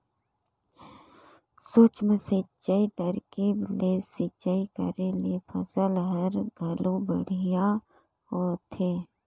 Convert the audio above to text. सूक्ष्म सिंचई तरकीब ले सिंचई करे ले फसल हर घलो बड़िहा होथे